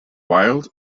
wild